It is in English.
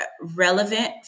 relevant